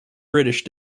british